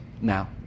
now